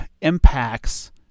impacts